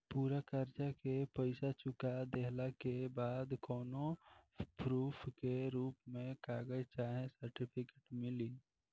पूरा कर्जा के पईसा चुका देहला के बाद कौनो प्रूफ के रूप में कागज चाहे सर्टिफिकेट मिली?